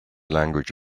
language